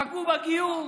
פגעו בגיור,